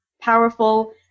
powerful